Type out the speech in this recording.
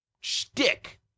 shtick